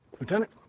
Lieutenant